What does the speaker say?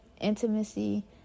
intimacy